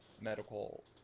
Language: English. medical